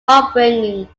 upbringing